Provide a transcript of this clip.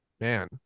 Man